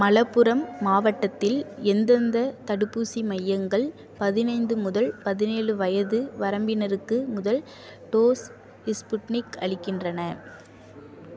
மலப்புரம் மாவட்டத்தில் எந்தெந்த தடுப்பூசி மையங்கள் பதினைந்து முதல் பதினேழு வயது வரம்பினருக்கு முதல் டோஸ் இஸ்புட்னிக் அளிக்கின்றன